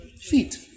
feet